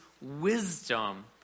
wisdom